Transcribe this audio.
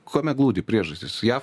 kame glūdi priežastys jav